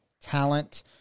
talent